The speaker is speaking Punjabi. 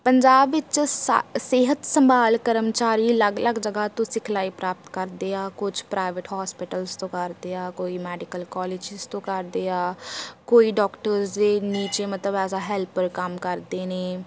ਪੰਜਾਬ ਵਿੱਚ ਸ ਸਿਹਤ ਸੰਭਾਲ ਕਰਮਚਾਰੀ ਅਲੱਗ ਅਲੱਗ ਜਗ੍ਹਾ ਤੋਂ ਸਿਖਲਾਈ ਪ੍ਰਾਪਤ ਕਰਦੇ ਆ ਕੁਛ ਪ੍ਰਾਈਵੇਟ ਹੋਸਪਿਟਲਸ ਤੋਂ ਕਰਦੇ ਆ ਕੋਈ ਮੈਡੀਕਲ ਕੋਲਜਿਸ ਤੋਂ ਕਰਦੇ ਆ ਕੋਈ ਡਾਕਟਰਸ ਦੇ ਨੀਚੇ ਮਤਲਬ ਐਜ ਏ ਹੈਲਪਰ ਕੰਮ ਕਰਦੇ ਨੇ